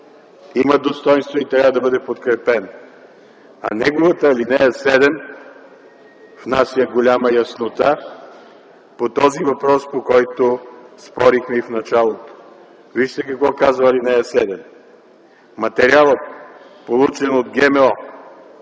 има достойнства и трябва да бъде подкрепен, а неговата ал. 7 внася голяма яснота по този въпрос, по който спорихме и в началото. Вижте какво казва ал. 7: материалът, получен от ГМО